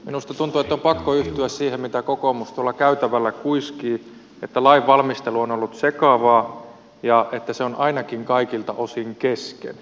minusta tuntuu että on pakko yhtyä siihen mitä kokoomus tuolla käytävällä kuiskii että lain valmistelu on ollut sekavaa ja että se on ainakin kaikilta osin kesken